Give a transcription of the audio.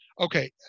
Okay